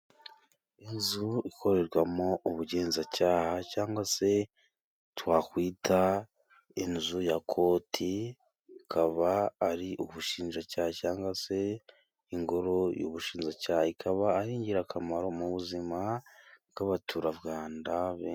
Inzu ikorerwamo ubugenzacyaha cyangwa se twakwita inzu ya koti ikaba ari ubushinjacyaha cyangwa se ingoro y'ubushinjacyaha ikaba ari ingirakamaro mu buzima bw'abatura rwanda.